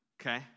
okay